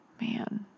man